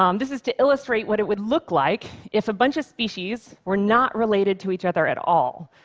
um this is to illustrate what it would look like if a bunch of species were not related to each other at all.